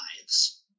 lives